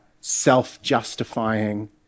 self-justifying